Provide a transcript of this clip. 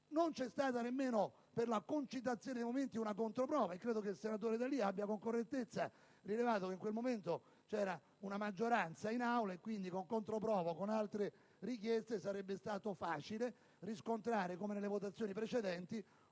non c'è stata nemmeno, per la concitazione dei momenti, una controprova. Credo peraltro che il senatore D'Alia abbia con correttezza rilevato che in quel momento c'era una maggioranza in Aula e dunque con la controprova o con altre richieste sarebbe stato facile riscontrare, come nelle votazioni precedenti,